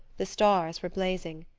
the stars were blazing.